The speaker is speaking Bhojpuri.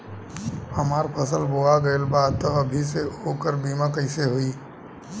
हमार फसल बोवा गएल बा तब अभी से ओकर बीमा कइसे होई?